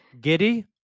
Giddy